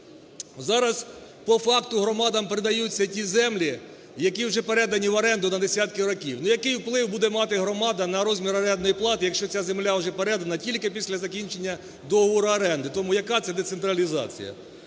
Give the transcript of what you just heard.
Зараз по факту громадам передаються ті землі, які вже передані в оренду на десятки років. Ну, який вплив буде мати громада на розмір орендної плати, якщо ця земля уже передана тільки після закінчення договору оренду? Тому яка це децентралізація?